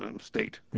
state